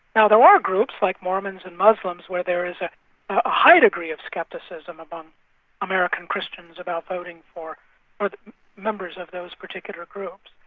now there are groups like mormons and muslims, where there is a ah higher degree of scepticism among american christians about voting for members of those particular groups.